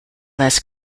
less